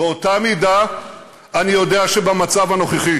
באותה מידה אני יודע שבמצב הנוכחי